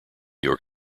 york